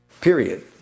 period